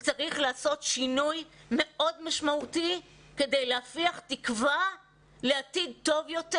צריך לעשות שינוי משמעותי מאוד כדי להפיח תקווה לעתיד טוב יותר.